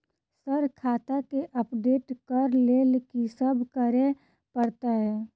Sir खाता केँ update करऽ लेल की सब करै परतै?